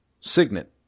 Signet